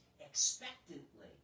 expectantly